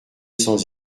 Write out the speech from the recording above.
sans